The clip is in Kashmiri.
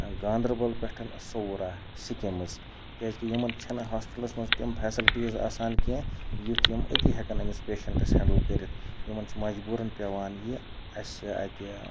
گاندربل پٮ۪ٹھ صوورہ سِکِمٕز کیٛازِکہِ یِمَن چھِنہٕ ہاسپِٹَلَس منٛز تِم فیسَلٹیٖز آسان کینٛہہ یُتھ یِم أتی ہٮ۪کَن أمِس پیشَنٛٹَس ہٮ۪نٛڈٕل کٔرِتھ یِمَن چھِ مجبوٗرَن پٮ۪وان یہِ اَسہِ اَتہِ